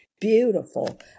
beautiful